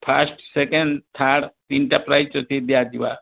first second third ତିନିଟା prize ଅଛି ଦିଆଯିବା